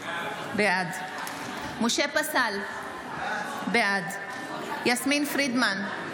בעד משה פסל, בעד יסמין פרידמן,